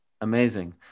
Amazing